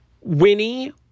Winnie